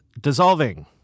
dissolving